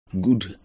Good